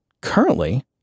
Currently